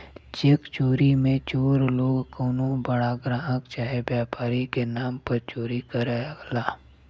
check चोरी मे चोर लोग कउनो बड़ा ग्राहक चाहे व्यापारी के नाम पर चोरी करला